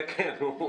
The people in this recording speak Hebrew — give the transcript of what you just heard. כן, כן.